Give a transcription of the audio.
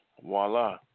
Voila